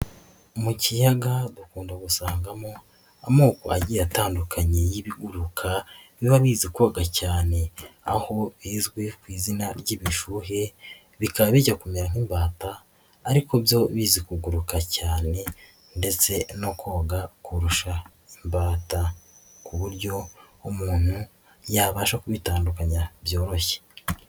Mu kiyaga dukunda gusangamo amoko agiye atandukanye y'ibiguruka biba bizi koga cyane aho bizwi ku izina ry'ibishuhe bikaba bijya kumera nk'imbata ariko byo bizi kuguruka cyane ndetse no koga kurusha imbata ku buryo umuntu yabasha kubitandukanya byoroshye.